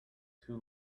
too